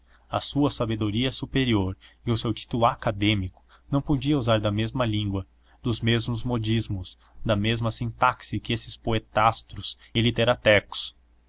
a sua sabedoria superior e o seu título acadêmico não podiam usar da mesma língua dos mesmos modismos da mesma sintaxe que esses poetastros e